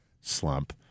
slump